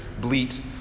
bleat